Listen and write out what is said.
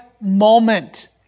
moment